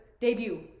Debut